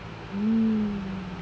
mm